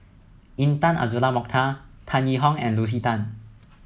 Intan Azura Mokhtar Tan Yee Hong and Lucy Tan